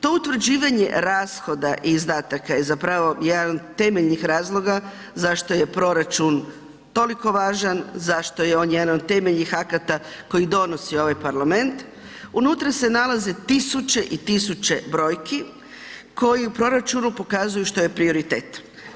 To utvrđivanje rashoda i izdataka je zapravo jedan od temeljenih razloga zašto je proračun toliko važan, zašto je on jedan od temeljenih akata koji donosi ovaj Parlament, unutra se nalaze 1000 i 1000 brojki koje u proračunu pokazuju što je prioritet.